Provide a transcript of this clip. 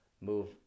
move